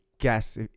guess